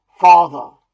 Father